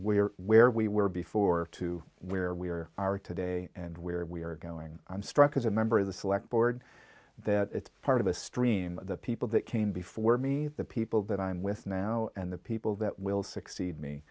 were where we were before to where we are today and where we are going i'm struck as a member of the select board that it's part of a stream the people that came before me the people that i'm with now and the people that will succeed me